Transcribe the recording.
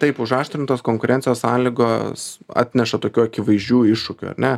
taip užaštrintos konkurencijos sąlygos atneša tokių akivaizdžių iššūkių ar ne